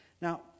Now